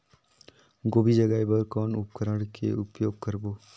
गोभी जगाय बर कौन उपकरण के उपयोग करबो?